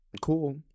Cool